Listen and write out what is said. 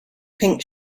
pink